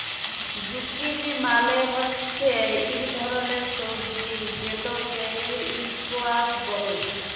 zucchini মালে হচ্যে ইক ধরলের সবজি যেটকে ইসকোয়াস ব্যলে